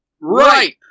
Right